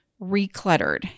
recluttered